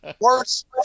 worst